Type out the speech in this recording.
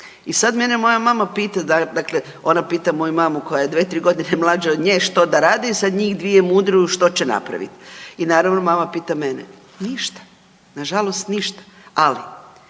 I sad mene moja mama pita dakle ona pita moju mamu koja je dve, tri godine mlađa od nje što da radi i sad njih dvije mudruju što će napravit i naravno mama pita mene. Ništa, nažalost ništa. Ali